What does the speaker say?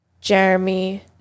Jeremy